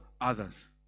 others